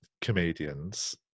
comedians